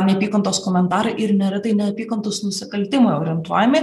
neapykantos komentarai ir neretai neapykantos nusikaltimai orientuojami